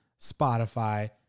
Spotify